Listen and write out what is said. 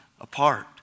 apart